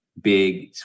big